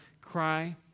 cry